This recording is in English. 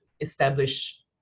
establish